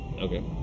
Okay